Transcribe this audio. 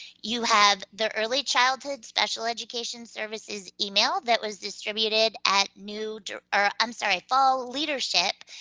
you have the early childhood special education services email that was distributed at new. or, i'm sorry, fall leadership.